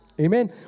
Amen